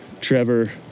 Trevor